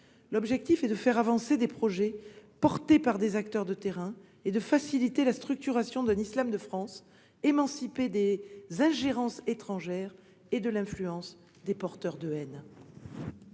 L'objectif est de faire avancer des projets portés par des acteurs de terrain et de faciliter la structuration d'un islam de France émancipé des ingérences étrangères et de l'influence des porteurs de haine.